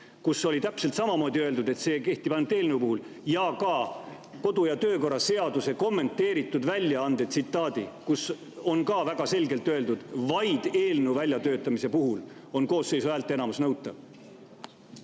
kus on täpselt samamoodi öeldud, et see kehtib ainult eelnõu puhul, ja ka kodu- ja töökorra seaduse kommenteeritud väljaande tsitaati, kus on väga selgelt öeldud, et vaid eelnõu väljatöötamise puhul on koosseisu häälteenamus nõutav.